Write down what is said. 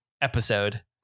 episode